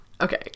okay